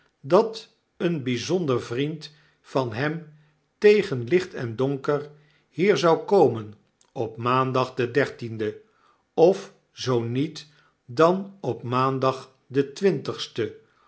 dat een bijzonder vriend van hem tegen licht en donker hier zou komen op maandag den dertienden of zoo niet dan op maandag den